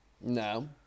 No